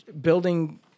building